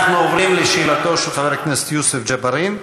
אנחנו עוברים לשאלתו של חבר הכנסת יוסף ג'בארין,